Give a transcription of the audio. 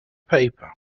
paper